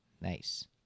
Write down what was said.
Nice